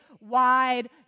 wide